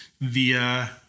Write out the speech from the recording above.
via